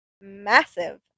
massive